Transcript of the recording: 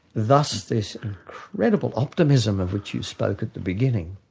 thus this incredible optimism of which you spoke at the beginning,